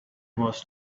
was